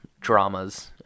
dramas